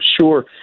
Sure